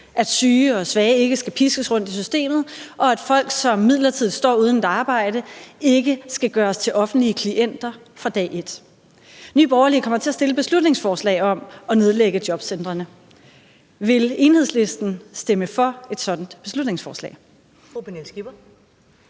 at syge og svage ikke skal piskes rundt i systemet, og at folk, som midlertidigt står uden et arbejde, ikke skal gøres til offentlige klienter fra dag et. Nye Borgerlige kommer til at fremsætte et beslutningsforslag om at nedlægge jobcentrene. Vil Enhedslisten stemme for et sådant beslutningsforslag?